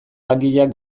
langileak